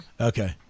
okay